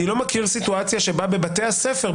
אני לא מכיר סיטואציה בה בבתי הספר,